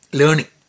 learning